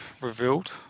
revealed